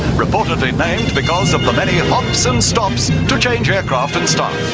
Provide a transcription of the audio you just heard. reportedly named because of the many hops and stops to change aircraft and staff.